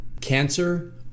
cancer